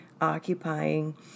occupying